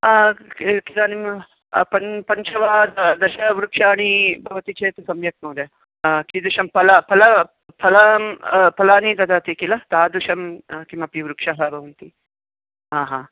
इदानीं प पञ्च वा दशवृक्षाः भवन्ति चेत् सम्यक् महोदय कीदृशं ल फलं फलं फलानि ददाति किल तादृशं किमपि वृक्षाः भवन्ति हा हा